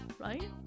Right